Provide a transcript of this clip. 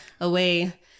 away